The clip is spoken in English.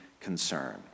concern